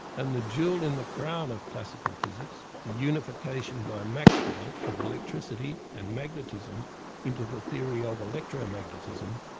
and the jewel in the crown of classical physics, the unification by maxwell of electricity and magnetism into the theory of electromagnetism,